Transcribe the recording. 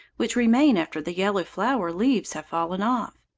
which remain after the yellow flower-leaves have fallen off.